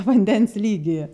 vandens lygį